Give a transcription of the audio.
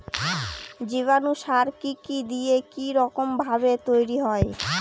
জীবাণু সার কি কি দিয়ে কি রকম ভাবে তৈরি হয়?